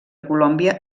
colòmbia